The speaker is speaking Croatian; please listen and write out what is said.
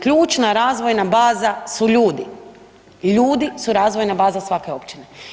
Ključna razvojna baza su ljudi, ljudi su razvojna baza svake općine.